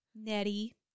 Nettie